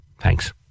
Thanks